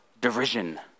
derision